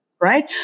right